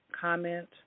Comment